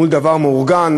מול דבר מאורגן.